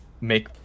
make